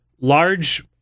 Large